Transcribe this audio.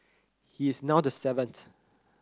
he is now the seventh